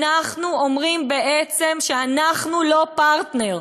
אנחנו אומרים בעצם שאנחנו לא פרטנר.